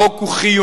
החוק הוא חיוני.